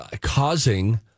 causing